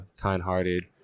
kind-hearted